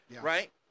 right